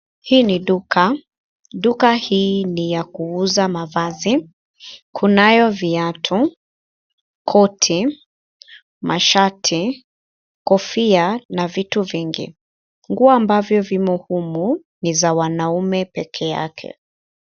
Hii ni duka. Duka hii ni ya kuuza mavazi. Kunayo viatu, koti, mashati, kofia na vitu vingi. Nguo ambavyo vimo humu ni za wanaume peke yake.